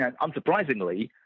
unsurprisingly